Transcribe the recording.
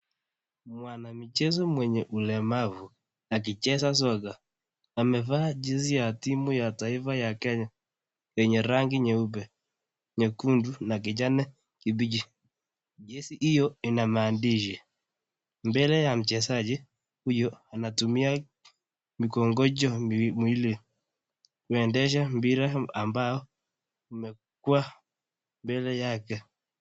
Mwana michezo mwenye umlemavu akicheza soka. Amevaa jezi ya timu ya taifa ya Kenya yenye rangi nyeupe, nyekundu na kijani kibichi hiyo inamaandishi. Mbele ya mchezaji huyo anatumia mikongojo miwili. Anaendesha mpira amabao umekuwa mbele yake.